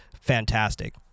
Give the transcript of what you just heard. fantastic